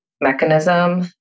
mechanism